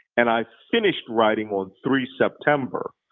and i finished writing on three september,